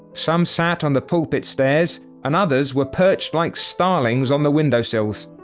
some sat on the pulpit stairs and others were perched like starlings on the window sills.